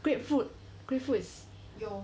grapefruit grapefruit is your